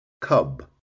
cub